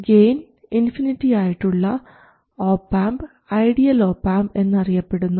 gain infinity ആയിട്ടുള്ള op amp ideal op amp എന്ന് അറിയപ്പെടുന്നു